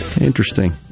Interesting